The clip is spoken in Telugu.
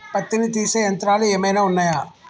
పత్తిని తీసే యంత్రాలు ఏమైనా ఉన్నయా?